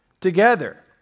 together